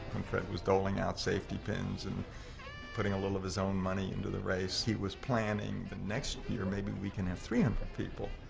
fred was doling out safety pins and putting a little of his own money into the race. he was planning the next year. maybe we can have three and hundred people,